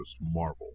Marvel